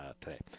today